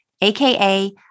aka